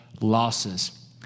losses